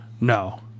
no